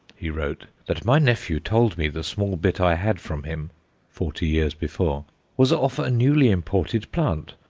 he wrote, that my nephew told me the small bit i had from him forty years before was off a newly-imported plant,